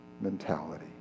mentality